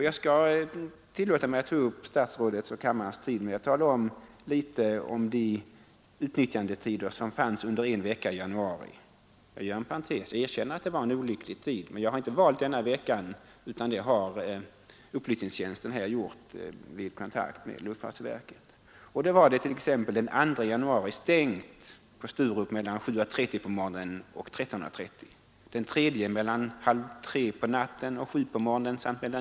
Jag skall tillåta mig att ta statsrådets och kammarens tid i anspråk med att tala litet om de utnyttjandetider som förelåg under en vecka i januari. Inom parentes erkänner jag att det var en olycklig period. Jag har inte valt denna vecka, utan riksdagens upplysningstjänst har fått den angiven vid kontakt med luftfartsverket. Detta är en typvecka för hur trafiken varit på Sturup.